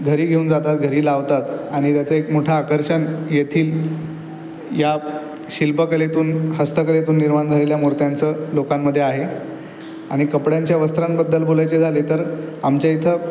घरी घेऊन जातात घरी लावतात आणि एक त्याचं मोठं आकर्षण येथील या शिल्पकलेतून हस्तकलेतून निर्माण झालेल्या मूर्त्यांचं लोकांमध्ये आहे आणि कपड्यांच्या वस्त्रांबद्दल बोलायचे झाले तर आमच्या इथं